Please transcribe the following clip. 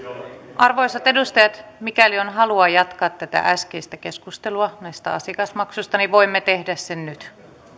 arvoisat edustajat mikäli on halua jatkaa tätä äskeistä keskustelua näistä asiakasmaksuista niin voimme tehdä sen nyt